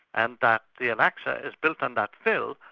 and that the al-aqsa is built on that fill,